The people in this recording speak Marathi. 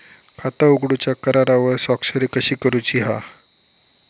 खाता उघडूच्या करारावर स्वाक्षरी कशी करूची हा?